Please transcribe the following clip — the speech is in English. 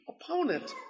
opponent